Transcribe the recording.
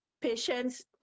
patients